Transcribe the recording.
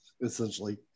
essentially